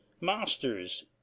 Masters